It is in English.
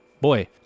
boy